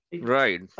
right